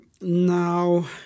now